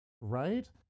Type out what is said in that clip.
right